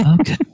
Okay